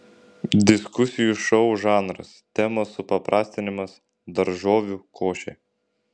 diskusijų šou žanras temos supaprastinimas daržovių košė